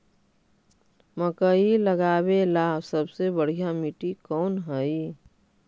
मकई लगावेला सबसे बढ़िया मिट्टी कौन हैइ?